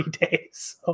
days